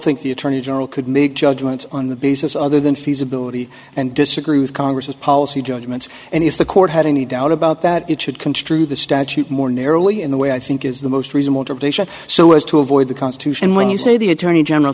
think the attorney general could make judgments on the basis other than feasibility and disagree with congress policy judgments and if the court had any doubt about that it should construe the statute more narrowly in the way i think is the most reason motivation so as to avoid the constitution when you say the attorney general